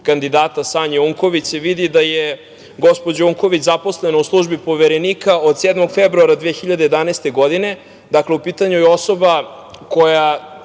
kandidata Sanje Unković se vidi da je, gospođa Unković zaposlena u službi Poverenika od 7. februara 2011. godine. Dakle, u pitanju je osoba koja